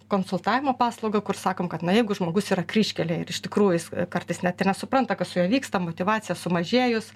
konsultavimo paslaugą kur sakom kad na jeigu žmogus yra kryžkelėj ir iš tikrųjų jis kartais net ir nesupranta kas su juo vyksta motyvacija sumažėjus